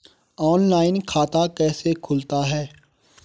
Online खाता कैसे खुलता है?